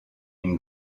une